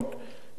משטרה,